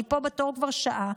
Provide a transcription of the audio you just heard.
אני פה בתור כבר שעה,